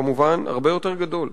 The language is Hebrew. כמובן הרבה יותר גדול.